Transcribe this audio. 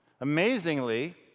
Amazingly